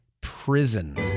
prison